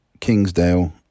Kingsdale